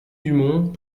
dumont